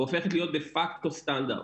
והופכת להיות דה פקטו סטנדרט.